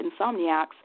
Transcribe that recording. insomniacs